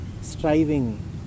striving